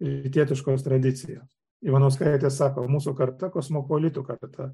rytietiškos tradicijos ivanauskaitė sako mūsų karta kosmopolitų karta